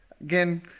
Again